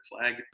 flag